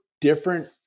different